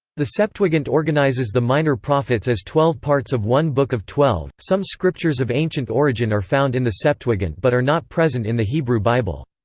the septuagint organizes the minor prophets as twelve parts of one book of twelve some scriptures of ancient origin are found in the septuagint but are not present in the hebrew bible.